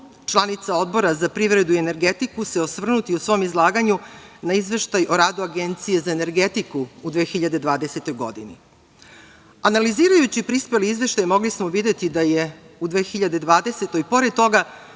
članica Odbora za privredu i energetiku se osvrnuti u svom izlaganju na Izveštaj o radu Agencije za energetiku u 2020. godini. Analizirajući prispeli izveštaj mogli smo videti da je u 2020. godini, pored toga